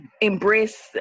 embrace